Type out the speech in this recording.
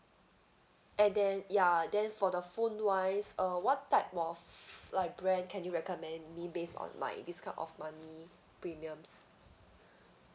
and then ya then for the phone wise uh what type of like brand can you recommend me based on my this kind of money premiums